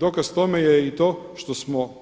Dokaz tome je i to što smo